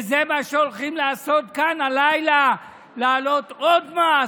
וזה מה שהולכים לעשות כאן הלילה: להעלות עוד מס,